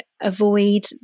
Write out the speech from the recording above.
avoid